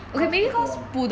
what's the problem